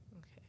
Okay